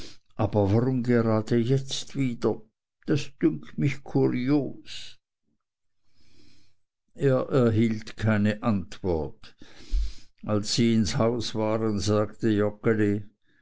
aber warum gerade jetzt wieder das dünkt mich kurios er erhielt keine antwort als sie ins haus waren sagte